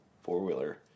four-wheeler